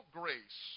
grace